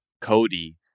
Cody